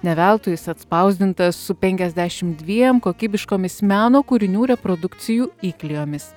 ne veltui jis atspausdintas su penkiasdešim dviem kokybiškomis meno kūrinių reprodukcijų įklijomis